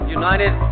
united